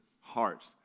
hearts